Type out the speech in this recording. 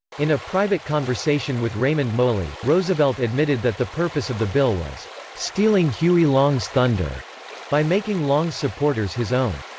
in a private conversation with raymond moley, roosevelt admitted that the purpose of the bill was stealing huey long's thunder by making long's supporters his own.